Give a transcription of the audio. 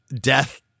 death